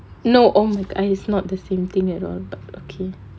no oh my god is not the same thing at all but okay